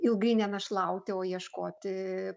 ilgai nenašlauti o ieškoti